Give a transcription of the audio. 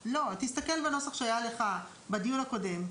לא, תסתכל בנוסח שהיה לך בדיון הקודם ותראה: